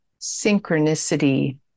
synchronicity